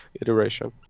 iteration